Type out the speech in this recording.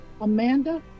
Amanda